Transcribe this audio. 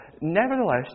nevertheless